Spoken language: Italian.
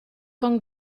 con